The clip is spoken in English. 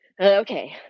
okay